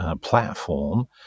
platform